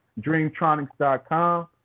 Dreamtronics.com